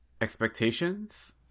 Expectations